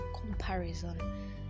comparison